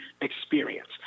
experience